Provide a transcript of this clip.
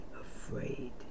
afraid